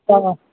تو